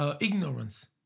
ignorance